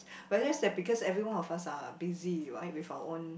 but that's like everyone of us are busy right with our own